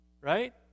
Right